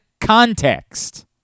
context